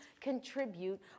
contribute